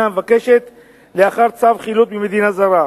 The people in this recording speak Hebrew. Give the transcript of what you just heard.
המבקשת לאחר צו חילוט ממדינה זרה.